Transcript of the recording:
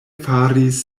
faris